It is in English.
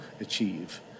achieve